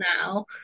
now